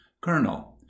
Colonel